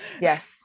Yes